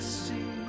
see